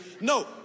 No